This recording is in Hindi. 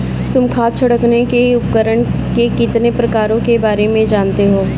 तुम खाद छिड़कने के उपकरण के कितने प्रकारों के बारे में जानते हो?